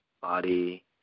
body